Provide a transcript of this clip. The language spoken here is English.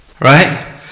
Right